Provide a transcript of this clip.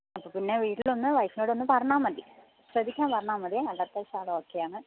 അപ്പോൾ പിന്നെ വീട്ടിലൊന്ന് വൈഫിനോടൊന്ന് പറഞ്ഞാൽ മതി ശ്രദ്ധിക്കാൻ പറഞ്ഞാൽ മതി അല്ലാത്ത ഓക്കെയാണ്